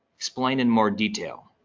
explain in more detail.